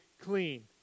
clean